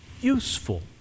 Useful